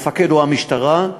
המפקד הוא המשטרה,